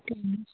ten months